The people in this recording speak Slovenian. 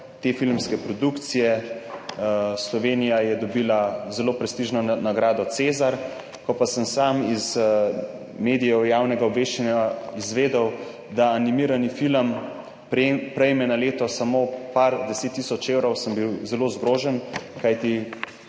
te filmske produkcije. Slovenija je dobila zelo prestižno nagrado cezar, ko pa sem sam iz medijev javnega obveščanja izvedel, da animirani film prejme na leto samo nekaj 10 tisoč evrov, sem bil zelo zgrožen. Kajti